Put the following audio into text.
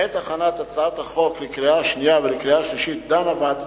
בעת הכנת הצעת החוק לקריאה שנייה ולקריאה שלישית דנה ועדת